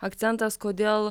akcentas kodėl